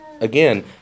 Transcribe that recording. again